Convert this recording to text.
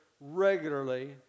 regularly